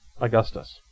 Augustus